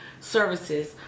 services